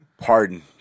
pardon